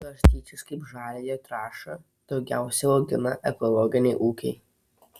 garstyčias kaip žaliąją trąšą daugiausiai augina ekologiniai ūkiai